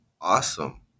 Awesome